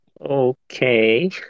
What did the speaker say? Okay